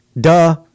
duh